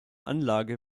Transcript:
anlage